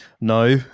no